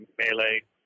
melee